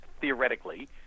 theoretically